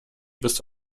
bis